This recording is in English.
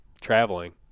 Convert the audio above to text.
traveling